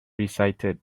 recited